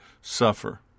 suffer